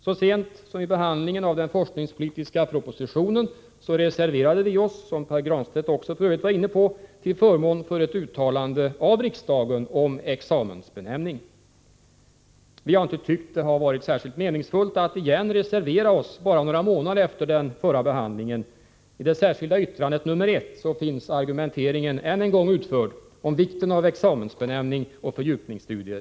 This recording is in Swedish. Så sent som vid behandlingen av den forskningspolitiska propositionen reserverade vi oss, som Pär Granstedt också var inne på, till förmån för ett uttalande av riksdagen om examensbenämning. Vi har inte tyckt det vara särskilt meningsfullt att reservera oss igen bara några månader efter den förra behandlingen. I det särskilda yttrandet 1 har vi dock än en gång utfört argumenteringen för vikten av examensbenämning och fördjupningsstudier.